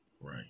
right